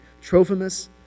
Trophimus